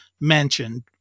mentioned